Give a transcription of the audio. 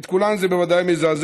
את כולם זה בוודאי מזעזע,